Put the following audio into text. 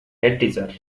headteacher